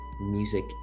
music